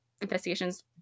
Investigations